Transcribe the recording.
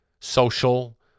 social